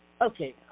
Okay